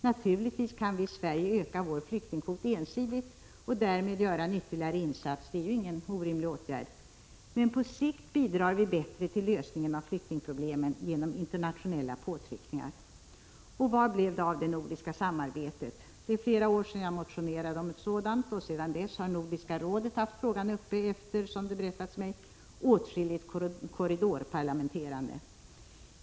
Naturligtvis kan vi i Sverige öka vår flyktingkvot ensidigt och därmed göra en ytterligare insats — det är ju ingen orimlig åtgärd — men på sikt bidrar vi till lösningen av flyktingproblemen genom internationella påtryckningar. Och vad blev det av det nordiska samarbetet? Det var flera år sedan jag motionerade om ett sådant, och sedan dess har Nordiska rådet haft frågan uppe efter, som det har berättats mig, åtskilligt korridorparlamenterande.